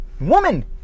Woman